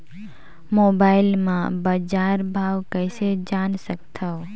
Mobile म बजार भाव कइसे जान सकथव?